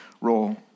role